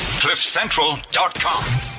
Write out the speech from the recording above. cliffcentral.com